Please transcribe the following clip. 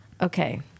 okay